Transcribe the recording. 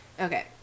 Okay